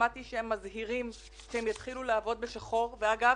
שמעתי שהם מזהירים שהם יתחילו לעבוד בשחור ואגב,